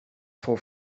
for